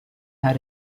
had